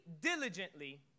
diligently